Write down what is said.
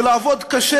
ולעבוד קשה,